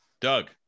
doug